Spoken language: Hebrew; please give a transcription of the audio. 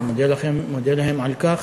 אני מודה להם על כך.